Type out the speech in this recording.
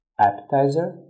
appetizer